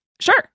Sure